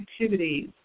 activities